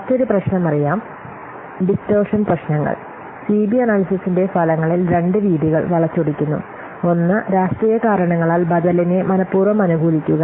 മറ്റൊരു പ്രശ്നം അറിയാം ഡിസ്ടോർഷൻ പ്രശ്നങ്ങൾ സിബി അനല്യ്സിസിന്റെ ഫലങ്ങളിൽ രണ്ട് രീതികൾ വളച്ചൊടിക്കുന്നു ഒന്ന് രാഷ്ട്രീയ കാരണങ്ങളാൽ ബദലിനെ മന പൂർവ്വം അനുകൂലിക്കുക